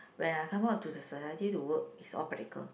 when I come out to the society to work it's all practical